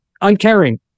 uncaring